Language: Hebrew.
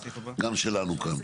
גם שלנו כאן.